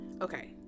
Okay